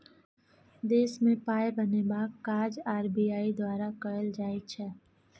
देशमे पाय बनेबाक काज आर.बी.आई द्वारा कएल जाइ छै